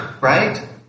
right